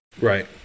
Right